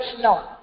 no